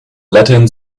latin